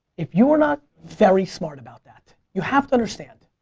if you are not very smart about that, you have to understand,